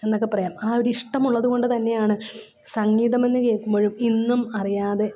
എന്നൊക്കെപ്പറയാം ആ ഒരു ഇഷ്ടം ഉള്ളതുകൊണ്ടുതന്നെയാണ് സംഗീതമെന്ന് കേൾക്കുമ്പോഴും ഇന്നും അറിയാതെ